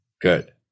Good